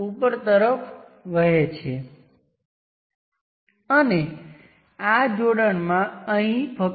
આપણે internal source ને deactive કરી દીધા અને રેઝિસ્ટન્સ અંદર જોયો